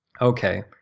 okay